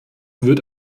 wird